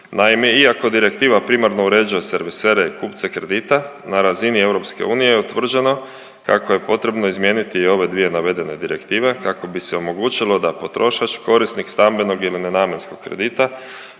Naime, iako direktiva primarno uređuje servisere i kupce kredita, na razini EU je utvrđeno kako je potrebno izmijeniti i ove dvije navedene direktive kako bi se omogućilo da potrošač, korisnik stambenog ili nenamjenskog kredita